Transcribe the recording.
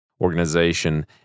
organization